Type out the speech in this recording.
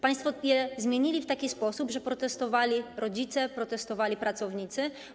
Państwo je zmienili w taki sposób, że protestowali rodzice, protestowali pracownicy.